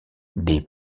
des